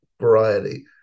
variety